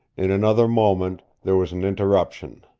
in another moment there was an interruption.